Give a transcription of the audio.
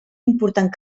important